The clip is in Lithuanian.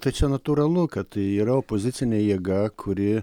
tai čia natūralu kad yra opozicinė jėga kuri